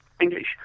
English